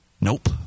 Nope